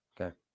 Okay